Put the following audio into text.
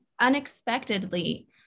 unexpectedly